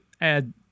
add